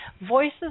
voices